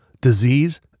disease